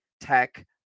tech